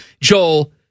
Joel